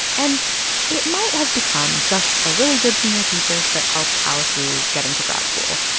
and it might have become just a really good senior thesis that helped alice wu get into grad school.